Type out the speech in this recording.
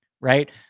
right